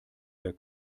der